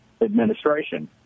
administration